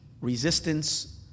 resistance